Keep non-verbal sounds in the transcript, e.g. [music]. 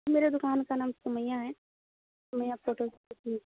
میرے دکان کا نام سمیہ ہے میرے یہاں فوٹو [unintelligible] جی